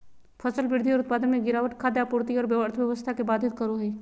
फसल वृद्धि और उत्पादन में गिरावट खाद्य आपूर्ति औरो अर्थव्यवस्था के बाधित करो हइ